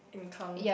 in term